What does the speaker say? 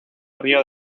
río